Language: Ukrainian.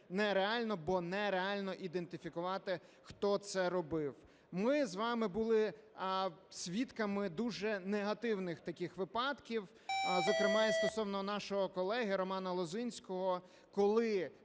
нереально, бо нереально ідентифікувати хто це робив. Ми з вами були свідками дуже негативних таких випадків, зокрема, і стосовно нашого колеги Романа Лозинського, коли